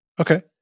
Okay